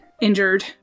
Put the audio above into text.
injured